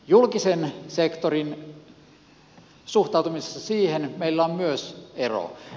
julkiseen sektoriin suhtautumisessa meillä on myös eroa